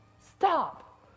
stop